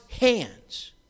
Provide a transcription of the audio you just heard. hands